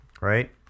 right